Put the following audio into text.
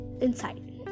inside